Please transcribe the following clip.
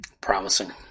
Promising